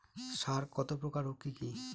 সার কত প্রকার ও কি কি?